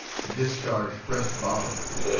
to discharge fresh volleys.